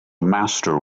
master